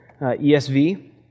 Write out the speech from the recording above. ESV